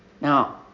Now